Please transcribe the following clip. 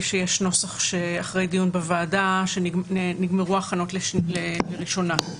שיש נוסח אחרי דיון בוועדה שנגמרו ההכנות לקריאה הראשונה.